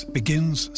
begins